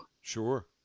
Sure